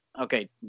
Okay